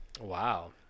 Wow